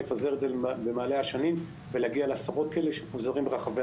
לפזר את זה במעלה השנים ולהגיע לעשרות כאלה שמפוזרים ברחבי